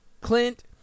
Clint